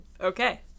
Okay